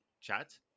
chat